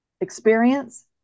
experience